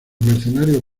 mercenarios